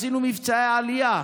עשינו מבצעי עלייה.